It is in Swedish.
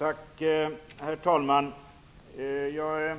Herr talman! Jag